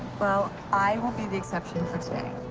well, i will be the exception for today.